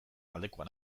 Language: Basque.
aldekoa